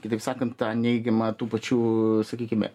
kitaip sakant tą neigiamą tų pačių sakykime